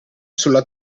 sulla